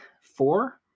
four